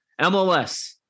MLS